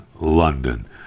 London